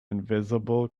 invisible